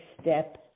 step